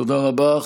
תודה רבה.